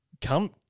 come